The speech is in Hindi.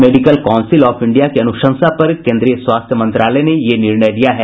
मेडिकल काउंसिल ऑफ इंडिया की अनुशंसा पर केन्द्रीय स्वास्थ्य मंत्रालय ने यह निर्णय लिया है